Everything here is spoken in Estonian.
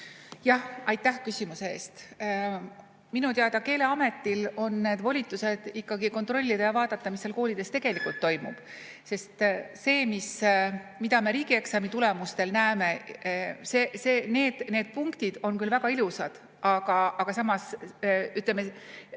Aitäh küsimuse eest! Minu teada Keeleametil on need volitused ikkagi kontrollida ja vaadata, mis seal koolides tegelikult toimub. See, mida me riigieksami tulemustel näeme, need punktid, on küll väga ilusad – ülikooli